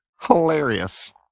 hilarious